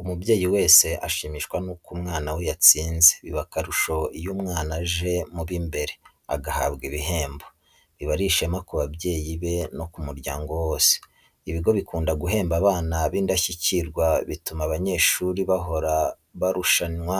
Umubyeyi wese ashimishwa n'uko umwana we yatsinze, biba akarusho iyo umwana aje mu b'imbere agahabwa ibihembo, biba ari ishema ku babyeyi be no ku muryango wose. Ibigo bikunda guhemba abana b'indashyikirwa bituma abanyeshuri bahora barushanirwa